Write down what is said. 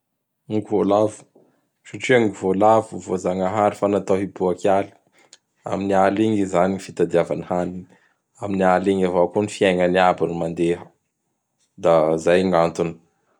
Gny Voalavo satria gny Voalavo f voajagnahary fa natao hiboaky aly. Amin'ny aly igny i izany gny fitadiavany ny haniny. Amin'ny aly igny avao koa ny fiaignany aby mandeha; da izay gny antony.